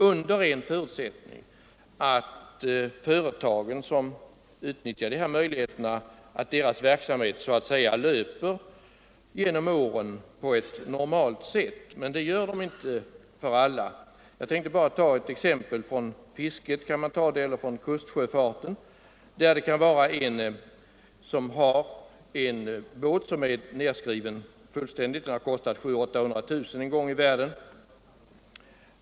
Under en förutsättning — att företagen, som utnyttjar dessa möjligheter, bedriver en verksamhet som löper genom åren på ett normalt sätt. Men det gör den inte hos alla företag. Jag kan bara ta ett exempel från fisket — man skulle också kunna anföra exempel från kustsjöfarten — där en person har en båt som är fullständigt avskriven. Båten har kostat 700 000-800 000 kronor en gång i världen.